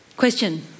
Question